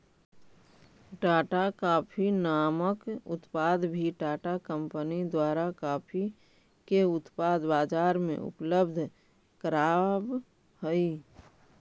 Tata coffee नामक उत्पाद भी टाटा कंपनी द्वारा कॉफी के उत्पाद बजार में उपलब्ध कराब हई